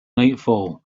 nightfall